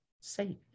safe